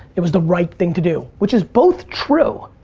it was the right thing to do. which is both true,